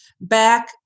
back